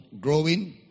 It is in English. growing